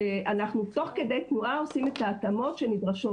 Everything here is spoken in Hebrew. שאנחנו תוך כדי תנועה עושים את ההתאמות שנדרשות.